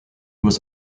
was